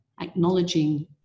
acknowledging